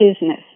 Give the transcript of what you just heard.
business